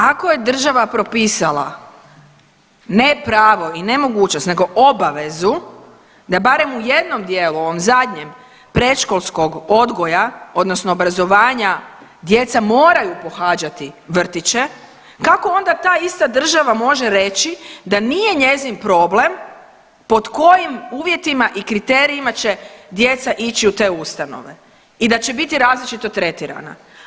Ako je država propisala ne pravo i ne mogućnost, nego obavezu da barem u jednom dijelu ovom zadnjem predškolskog odgoja odnosno obrazovanja djeca moraju pohađati vrtiće kako onda ta ista država može reći da nije njezin problem pod kojim uvjetima i kriterijima će djeca ići u te ustanove i da će biti različito tretirana?